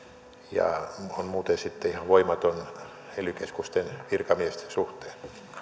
ja on muuten sitten ihan voimaton ely keskusten virkamiesten suhteen